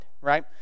right